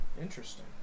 Interesting